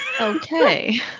Okay